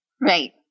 Right